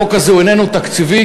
החוק הזה איננו תקציבי,